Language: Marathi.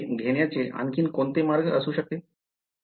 तर ते घेण्याचे आणखी कोणते मार्ग असू शकते